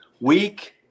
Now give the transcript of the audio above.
week